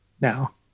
now